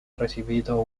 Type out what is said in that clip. recibido